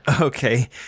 okay